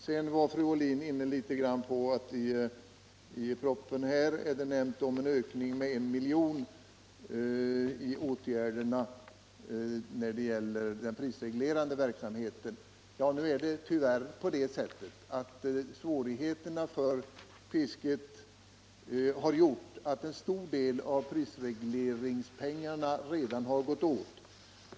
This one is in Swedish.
Fru Ohlin nämnde vidare att det i propositionen föreslås en ökning av medlen till fiskets prisreglering med 1 milj.kr. Ja, nu är det tyvärr så att svårigheterna för fisket har medfört att en stor del av prisregleringspengarna redan gått åt.